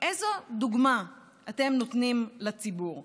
איזו דוגמה אתם נותנים לציבור.